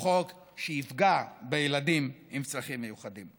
הוא חוק שיפגע בילדים עם צרכים מיוחדים.